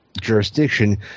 jurisdiction